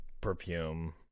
perfume